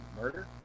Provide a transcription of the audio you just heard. murder